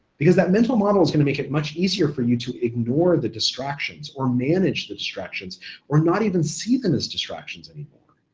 because that mental model's gonna make it much easier for you to ignore the distractions or manage the distractions or not even see them as distractions anymore.